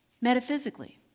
metaphysically